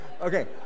Okay